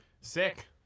Sick